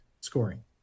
scoring